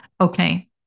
Okay